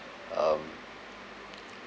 um